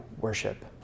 worship